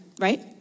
right